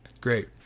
Great